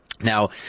Now